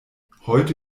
heute